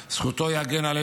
זכותו תגן עלינו,